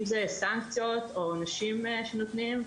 אם זה סנקציות או עונשים שנותנים,